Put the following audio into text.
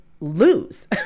lose